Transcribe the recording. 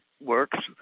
works